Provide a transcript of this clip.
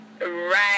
Right